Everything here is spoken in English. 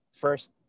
first